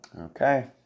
Okay